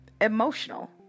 emotional